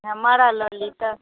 मारा लऽ ली तऽ